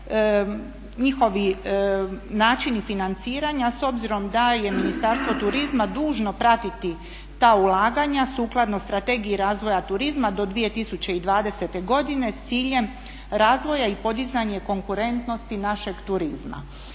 njihovi načini financiranja s obzirom da je Ministarstvo turizma dužno pratiti ta ulaganja, sukladno Strategiji razvoja turizma do 2020.godine s ciljem razvoja i podizanja konkurentnosti našeg turizma.